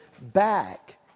back